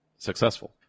successful